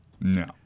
No